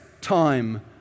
time